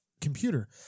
computer